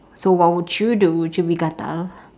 so what would you do would you be gatal